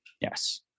Yes